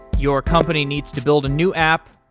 your company needs to build a new app,